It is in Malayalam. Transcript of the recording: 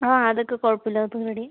ആ അതൊക്കെ കുഴപ്പമില്ല അതിപ്പോൾ റെഡിയായി